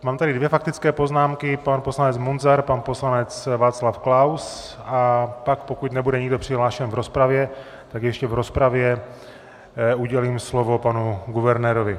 Mám tady dvě faktické poznámky pan poslanec Munzar, pan poslanec Václav Klaus a pak, pokud nebude nikdo přihlášen v rozpravě, tak ještě v rozpravě udělím slovo panu guvernérovi.